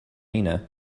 nina